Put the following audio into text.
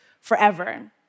forever